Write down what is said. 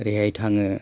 ओरैहाय थाङो